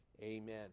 Amen